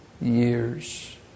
years